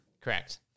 correct